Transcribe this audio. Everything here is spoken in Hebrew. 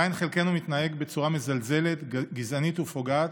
עדיין חלקנו מתנהג בצורה מזלזלת, גזענית ופוגעת.